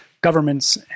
governments